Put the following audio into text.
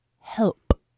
help